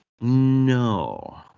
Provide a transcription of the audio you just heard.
No